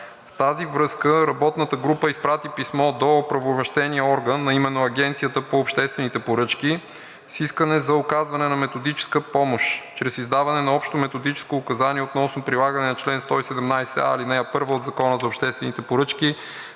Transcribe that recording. В тази връзка работната група изпрати писмо до оправомощения орган, а именно Агенцията по обществените поръчки, с искане за оказване на методическа помощ чрез издаване на общо методическо указание относно прилагане на чл. 117а, ал. 1 от Закона за обществените поръчки,